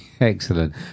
excellent